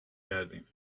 کردیم